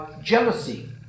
jealousy